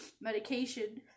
medication